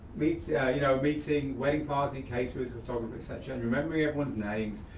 meeting yeah you know meeting wedding party, caterers, photographer, et cetera, and remembering everyone's names,